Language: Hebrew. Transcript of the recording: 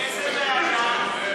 איזו ועדה?